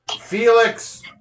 Felix